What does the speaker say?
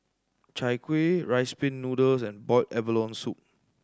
Chai Kueh Rice Pin Noodles and boiled abalone soup